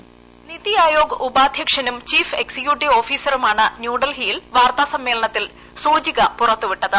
hold NITI Aayog ഉപാധ്യക്ഷനും chief executive ഓഫീസറുമാണ് ന്യൂഡൽഹിയിൽ വാർത്താസമ്മേളനത്തിൽ സൂചിക പുറത്തുവിട്ടത്